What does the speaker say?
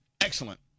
Excellent